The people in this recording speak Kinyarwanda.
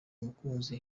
umukunzi